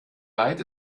weit